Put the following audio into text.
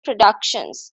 productions